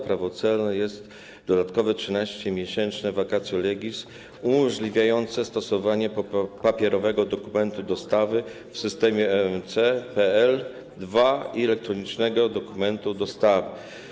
Prawo celne jest wprowadzenie dodatkowego, 13-miesięcznego vacatio legis umożliwiającego stosowanie papierowego dokumentu dostawy w systemie EMCS PL 2 i elektronicznego dokumentu dostawy.